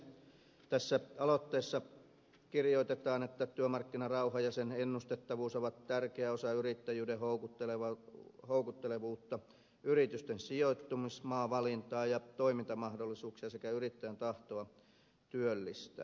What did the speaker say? tässä aloitteessa kirjoitetaan että työmarkkinarauha ja sen ennustettavuus ovat tärkeä osa yrittäjyyden houkuttelevuutta yritysten sijoittumismaavalintaa ja toimintamahdollisuuksia sekä yrittäjän tahtoa työllistää